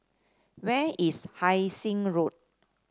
where is Hai Sing Road